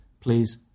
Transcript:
Please